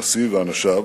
הנשיא ואנשיו,